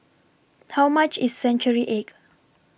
How much IS Century Egg